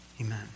Amen